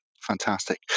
Fantastic